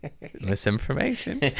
misinformation